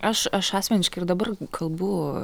aš aš asmeniškai ir dabar kalbu